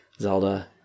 Zelda